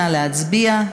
נא להצביע.